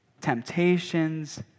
temptations